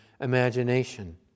imagination